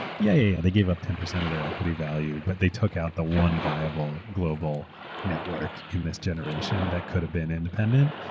yeah, they gave up ten percent of their equity value, but they took out the one viable global network in this generation that could have been independent.